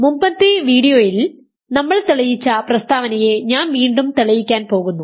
മുമ്പത്തെ വീഡിയോയിൽ നമ്മൾ തെളിയിച്ച പ്രസ്താവനയെ ഞാൻ വീണ്ടും തെളിയിക്കാൻ പോകുന്നു